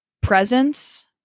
presence